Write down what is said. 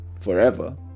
forever